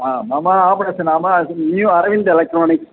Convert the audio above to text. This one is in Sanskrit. मम आपणस्य नाम न्यु आरविन्दः एलक्ट्रानिक्स्